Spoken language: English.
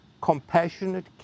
compassionate